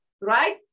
right